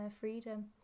freedom